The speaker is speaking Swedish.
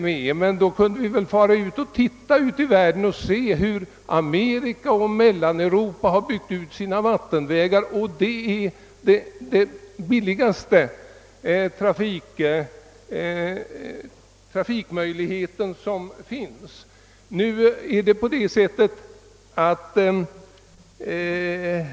Men i annat fall kunde vi väl åtminstone fara utomlands och se hur Amerika och Mellaneuropa byggt ut sina vattenvägar, vilka är den billigaste trafikmöjligheten.